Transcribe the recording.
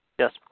Yes